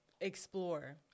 explore